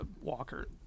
walker